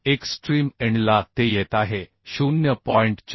extreme end ला ते येत आहे 0